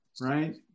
Right